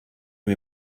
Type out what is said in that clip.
mir